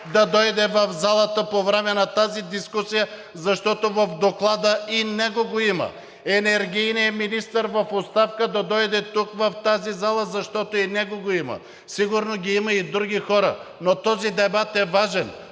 да дойде в залата по време на тази дискусия, защото в Доклада и него го има, енергийният министър в оставка да дойде тук, в тази зала, защото и него го има. Сигурно ги има и други хора, но този дебат е важен.